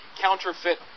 counterfeit